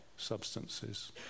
Substances